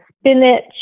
spinach